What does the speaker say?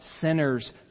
sinners